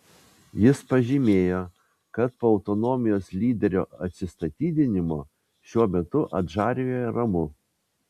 jis pažymėjo kad po autonomijos lyderio atsistatydinimo šiuo metu adžarijoje ramu